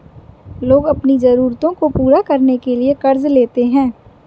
लोग अपनी ज़रूरतों को पूरा करने के लिए क़र्ज़ लेते है